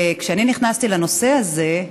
וכשאני נכנסתי לנושא הזה,